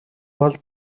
бол